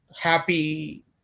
happy